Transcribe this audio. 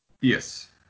Yes